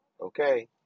okay